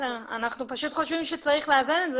אנחנו חושבים שצריך לאזן את זה